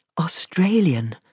Australian